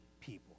people